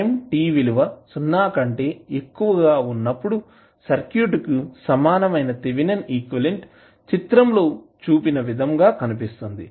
time t విలువ 0 కంటే ఎక్కువ గా ఉన్నప్పుడు సర్క్యూట్కు సమానమైన థేవినన్ ఈక్వివలెంట్ చిత్రంలో చూపిన విధంగా కనిపిస్తుంది